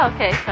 Okay